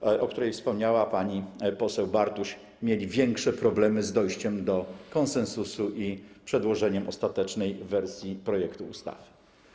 o której wspomniała pani poseł Bartuś, mieli większe problemy z dojściem do konsensusu w tym zakresie i przedłożeniem ostatecznej wersji projektu ustawy.